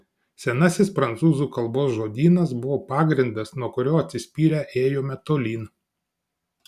senasis prancūzų kalbos žodynas buvo pagrindas nuo kurio atsispyrę ėjome tolyn